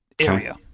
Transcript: area